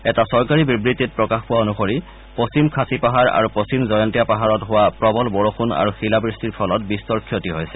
এটা চৰকাৰী বিবৃতিত প্ৰকাশ পোৱা অনুসৰি পশ্চিম খাচী পাহাৰ আৰু পশ্চিম জয়ন্তীয়া পাহাৰত হোৱা প্ৰবল বৰষূণ আৰু শিলাবৃষ্টি ফলত বিস্তৰ ক্ষতি হৈছে